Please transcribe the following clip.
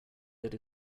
that